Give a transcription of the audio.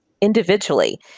individually